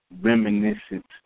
reminiscent